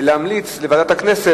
להמליץ לוועדת הכנסת,